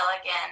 again